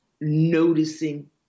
noticing